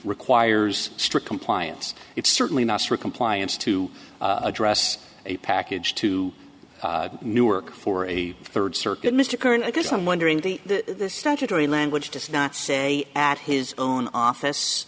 requires strict compliance it's certainly not for compliance to address a package to newark for a third circuit mr curran i guess i'm wondering the the statutory language does not say at his own office